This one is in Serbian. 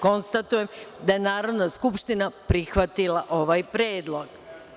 Konstatujem da je Narodna skupština prihvatila ovaj Predlog.